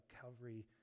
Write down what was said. Calvary